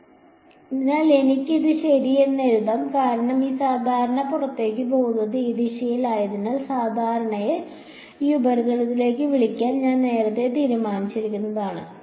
അതിനാൽ എനിക്ക് ഇത് ശരി എന്ന് എഴുതാം കാരണം ഈ സാധാരണ പുറത്തേക്ക് പോകുന്നത് ഈ ദിശയിലായതിനാൽ സാധാരണയെ ഈ ഉപരിതലത്തിലേക്ക് വിളിക്കാൻ ഞാൻ നേരത്തെ തീരുമാനിച്ചതാണ്